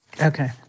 Okay